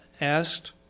asked